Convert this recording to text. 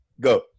go